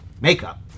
makeup